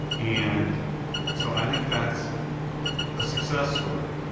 and so i think that's a success story.